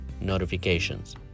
notifications